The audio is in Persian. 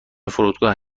فرودگاه